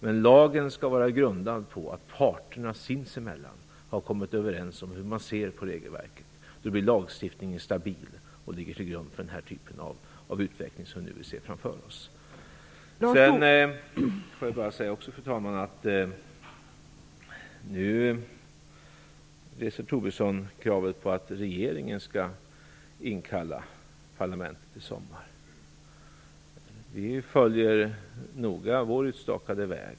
Men lagen skall vara grundad på att parterna sinsemellan har kommit överens om hur man ser på regelverket. Då blir lagstiftningen stabil, och kan ligga till grund för den typ av utveckling som vi nu vill se framför oss. Sedan, fru talman, vill jag också säga att Lars Tobisson nu reser kravet att regeringen skall inkalla parlamentet i sommar. Vi följer noga vår utstakade väg.